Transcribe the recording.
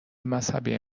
مذهبی